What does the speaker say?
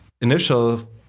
initial